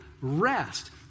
rest